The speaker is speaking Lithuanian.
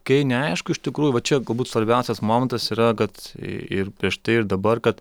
kai neaišku iš tikrųjų va čia galbūt svarbiausias momentas yra kad ir prieš tai ir dabar kad